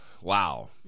Wow